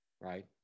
right